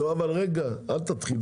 לא, אבל רגע, אל תתחיל.